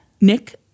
Nick